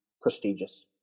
prestigious